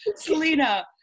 Selena